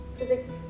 Physics